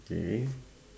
K